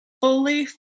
fully